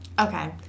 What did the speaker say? Okay